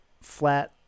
flat